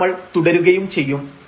ഇത് നമ്മൾ തുടരുകയും ചെയ്യും